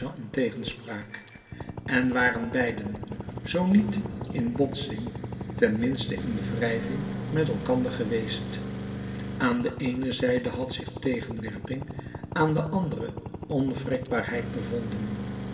in tegenspraak en waren beiden zoo niet in botsing ten minste in wrijving met elkander geweest aan de eene zijde had zich tegenwerping aan de andere onwrikbaarheid bevonden